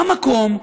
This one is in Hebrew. במקום,